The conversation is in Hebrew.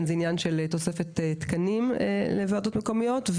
הוא העניין של תוספת תקנים לוועדות המקומיות.